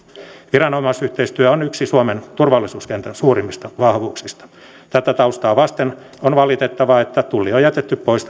viranomaisyhteistyö on yksi suomen turvallisuuskentän suurimmista vahvuuksista tätä taustaa vasten on valitettavaa että tulli on jätetty pois